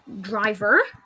driver